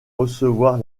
recevoir